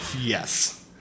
Yes